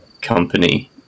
company